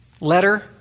letter